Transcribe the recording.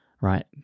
right